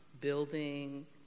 building